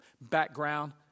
background